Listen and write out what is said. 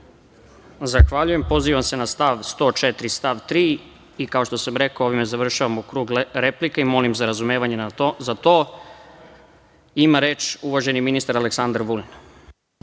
Zahvaljujem se. Pozivam se na član 104. stav 3. i kao što sam rekao, ovim završavamo krug replika i molim za razumevanje za to. Ima reč uvaženi ministar Aleksandar Vulin.